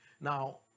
now